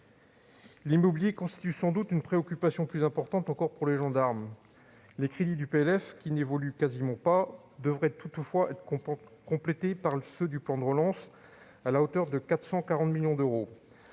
L'immobilier constitue sans doute une préoccupation plus importante encore pour les gendarmes. Les crédits du projet de loi de finances, qui n'évoluent quasiment pas, devraient toutefois être complétés par ceux du plan de relance, à hauteur de 440 millions d'euros.